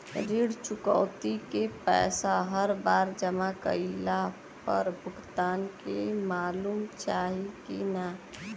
ऋण चुकौती के पैसा हर बार जमा कईला पर भुगतान के मालूम चाही की ना?